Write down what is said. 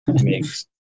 makes